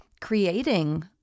creating